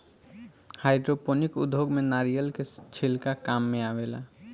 hydroponic उद्योग में नारिलय के छिलका काम मेआवेला